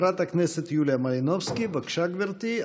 חברת הכנסת יוליה מלינובסקי, בבקשה, גברתי.